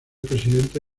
presidente